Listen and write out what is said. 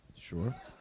Sure